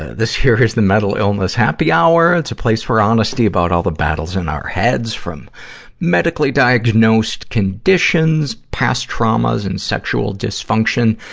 this here here is the mental illness happy hour. it's a place for honesty about all the battles in our heads, from medically-diagnosed conditions, past traumas, and sexual dysfunction,